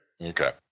okay